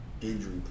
injury